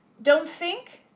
don't think,